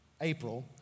April